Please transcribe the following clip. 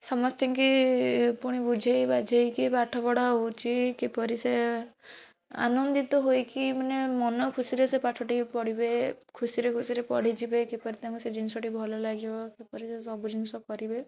ସମସ୍ତିଙ୍କି ପୁଣି ବୁଝାଇ ବାଝାଇ କି ପାଠ ପଢ଼ା ହେଉଛି କିପରି ସେ ଆନନ୍ଦିତ ହୋଇକି ମାନେ ମନ ଖୁସିରେ ସେ ପାଠଟି କୁ ପଢ଼ିବେ ଖୁସି ରେ ଖୁସି ରେ ପଢ଼ିଯିବେ କିପରି ତାଙ୍କୁ ସେ ଜିନିଷ ଟି ଭଲ ଲାଗିବ କିପରି ସେ ସବୁ ଜିନିଷ କରିବେ